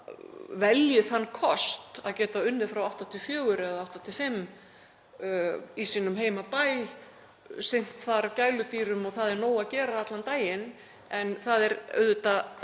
velji þann kost að geta unnið frá 8–4 eða 8–5 í sínum heimabæ, sinnt þar gæludýrum og það er nóg að gera allan daginn. En það er auðvitað